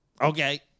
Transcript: Okay